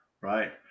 Right